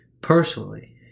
personally